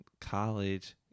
college